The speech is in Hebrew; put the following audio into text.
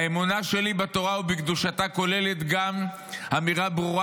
האמונה שלי בתורה ובקדושתה כוללת גם אמירה ברורה